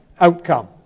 outcome